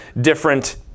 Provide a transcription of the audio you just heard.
different